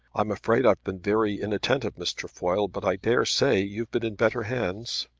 i'm afraid i've been very inattentive, miss trefoil but i dare say you've been in better hands.